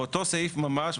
באותו סעיף ממש,